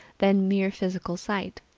than mere physical sight.